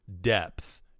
depth